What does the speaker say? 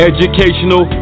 Educational